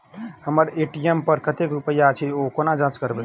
हम्मर ए.टी.एम पर कतेक रुपया अछि, ओ कोना जाँच करबै?